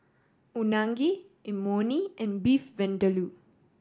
Unagi Imoni and Beef Vindaloo